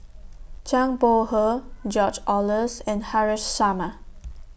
Zhang Bohe George Oehlers and Haresh Sharma